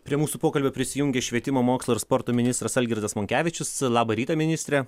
prie mūsų pokalbio prisijungė švietimo mokslo ir sporto ministras algirdas monkevičius labą rytą ministre